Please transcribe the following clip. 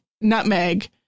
nutmeg